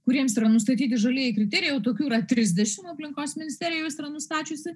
kuriems yra nustatyti žalieji kriterijai o tokių yra trisdešimt aplinkos ministerija yra nustačiusi